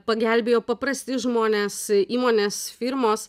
pagelbėjo paprasti žmonės įmonės firmos